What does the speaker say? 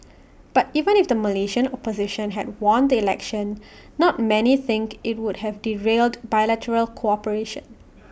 but even if the Malaysian opposition had won the election not many think IT would have derailed bilateral cooperation